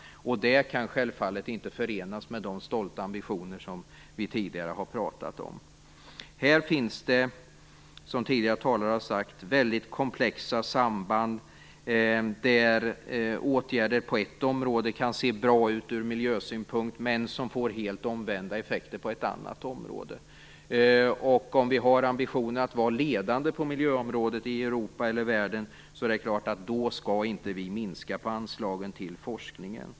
Det kan självfallet inte förenas med de stolta ambitioner som vi tidigare har talat om. Här finns det, som tidigare talare har sagt, väldigt komplexa samband. Åtgärder på ett område kan se bra ut ur miljösynpunkt men få helt omvända effekter på ett annat område. Om vi har ambitionen att vara ledande på miljöområdet i Europa eller världen skall vi självfallet inte minska på anslagen till forskningen.